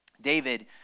david